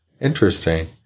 interesting